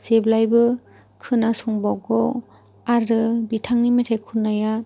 जेब्लायबो खोनासंबावगौ आरो बिथांनि मेथाइ खननाया